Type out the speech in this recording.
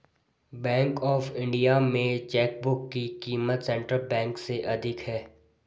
bank of India में chequebook की क़ीमत सेंट्रल बैंक से अधिक है